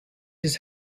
his